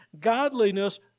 godliness